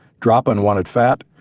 drop unwanted fat,